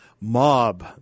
Mob